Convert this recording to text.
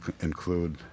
include